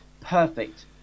perfect